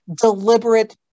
deliberate